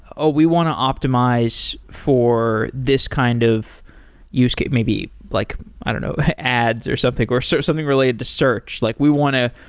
oh, we want to optimize for this kind of use case maybe, like i don't know, ads or something, or so something related to search. like we to